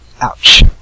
Ouch